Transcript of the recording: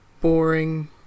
boring